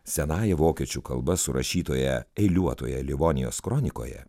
senąja vokiečių kalba surašytoje eiliuotoje livonijos kronikoje